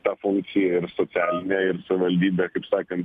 tą funkciją ir socialinę ir savivaldybė kaip sakant